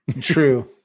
True